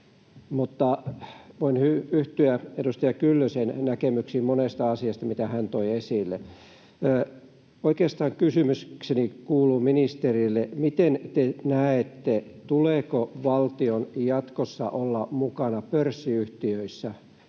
voin yhtyä edustaja Kyllösen näkemyksiin monista asioista, joita hän toi esille. Oikeastaan kysymykseni kuuluu ministerille: miten te näette, tuleeko valtion jatkossa olla mukana pörssiyhtiöissä